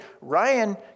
Ryan